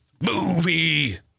movie